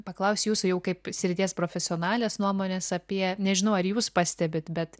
paklaust jūsų jau kaip srities profesionalės nuomonės apie nežinau ar jūs pastebit bet